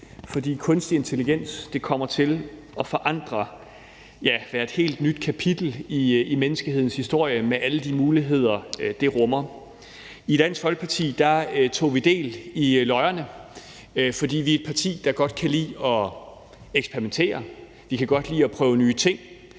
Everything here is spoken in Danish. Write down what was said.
for kunstig intelligens kommer til at forandre ting og være et helt nyt kapitel i menneskehedens historie med alle de muligheder, det rummer. I Dansk Folkeparti tog vi del i løjerne, fordi vi er et parti, der godt kan lide at eksperimentere. Vi kan godt lide at prøve nye ting.